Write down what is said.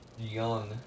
young